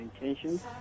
intentions